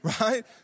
Right